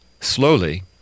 slowly